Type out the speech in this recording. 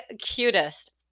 cutest